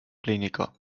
clínica